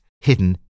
hidden